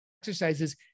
exercises